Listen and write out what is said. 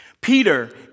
Peter